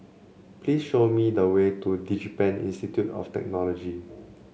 please show me the way to DigiPen Institute of Technology